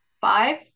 five